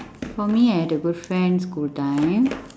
for me I had a good friend school time